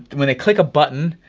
when they click a button,